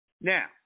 Now